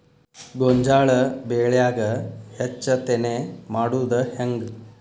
ಗೋಂಜಾಳ ಬೆಳ್ಯಾಗ ಹೆಚ್ಚತೆನೆ ಮಾಡುದ ಹೆಂಗ್?